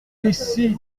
ici